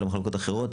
אלא מחלקות אחרות,